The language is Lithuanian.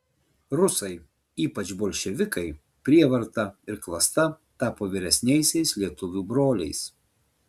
rusai ypač bolševikai prievarta ir klasta tapo vyresniaisiais lietuvių broliais